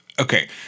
Okay